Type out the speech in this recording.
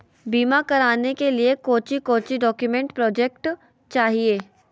बीमा कराने के लिए कोच्चि कोच्चि डॉक्यूमेंट प्रोजेक्ट चाहिए?